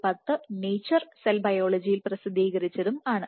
2010 nature cell ബയോളജിയിൽ പ്രസിദ്ധീകരിച്ചതുംആണ്